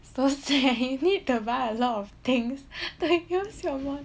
so sad you need to buy lot of things to use your monitor